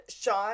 Sean